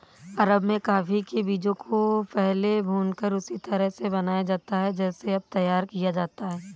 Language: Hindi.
अरब में कॉफी के बीजों को पहले भूनकर उसी तरह से बनाया जाता था जैसे अब तैयार किया जाता है